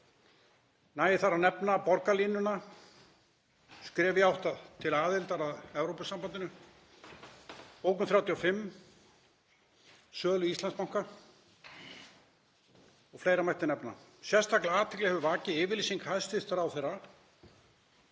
Nægir þar að nefna borgarlínuna, skref í átt til aðildar að Evrópusambandinu, bókun 35, sölu Íslandsbanka og fleira mætti nefna. Sérstaka athygli hefur vakið yfirlýsing hæstv. ráðherra,